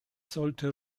sollte